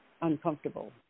uncomfortable